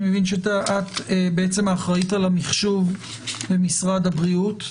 אני מבין שאת בעצם האחראית על המחשוב במשרד הבריאות,